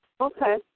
Okay